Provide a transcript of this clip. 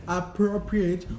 appropriate